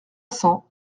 cents